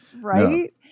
Right